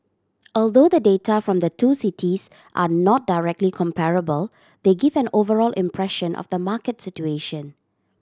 although the data from the two cities are not directly comparable they give an overall impression of the market situation